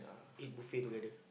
eat buffet together